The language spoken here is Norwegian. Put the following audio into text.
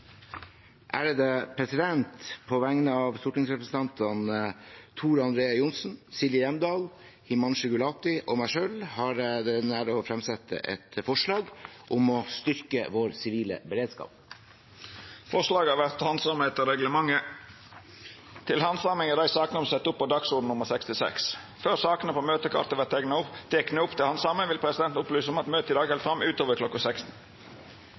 eit representantforslag. På vegne av stortingsrepresentantene Tor André Johnsen, Silje Hjemdal, Himanshu Gulati og meg selv har jeg æren av å fremsette et forslag om styrking av den sivile beredskapen. Forslaga vert handsama etter reglementet. Før sakene på møtekartet vert tekne opp til handsaming, vil presidenten opplysa om at møtet i dag held fram utover kl. 16.